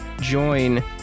join